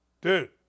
dude